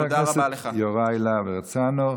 תודה רבה לחבר הכנסת יוראי להב הרצנו.